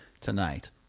tonight